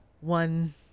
one